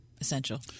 essential